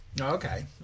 Okay